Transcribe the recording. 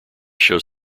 shows